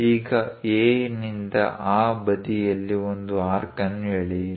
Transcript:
ಈಗ A ನಿಂದ ಆ ಬದಿಯಲ್ಲಿ ಒಂದು ಆರ್ಕ್ ಅನ್ನು ಎಳೆಯಿರಿ